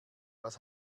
was